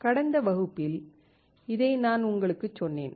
கடந்த வகுப்பில் இதை நான் உங்களுக்குச் சொன்னேன்